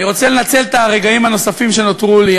אני רוצה לנצל את הרגעים הנוספים שנותרו לי,